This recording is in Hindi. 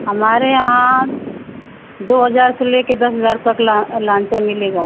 हमारे यहाँ दो हज़ार से लेकर दस हज़ार तक ला लांचा मिलेगा